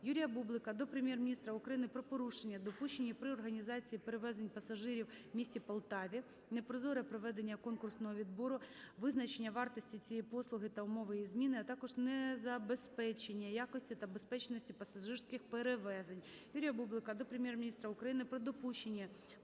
Юрія Бублика до Прем'єр-міністра України про порушення, допущені при організації перевезень пасажирів у місті Полтаві, непрозоре проведення конкурсного відбору, визначення вартості цієї послуги та умов її зміни, а також незабезпечення якості та безпечності пасажирських перевезень. Юрія Бублика до Прем'єр-міністра України про допущені